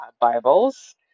Bibles